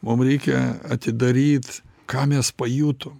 mum reikia atidaryt ką mes pajutom